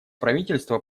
правительство